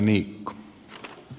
arvoisa puhemies